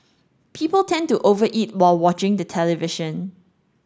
people tend to over eat while watching the television